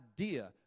idea